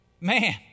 man